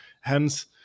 Hence